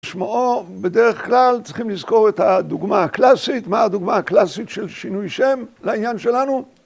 בשמועו בדרך כלל צריכים לזכור את הדוגמה הקלאסית. מה הדוגמה הקלאסית של שינוי שם, לעניין שלנו?